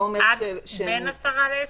בין 10 ל-20?